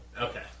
Okay